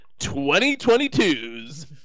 2022's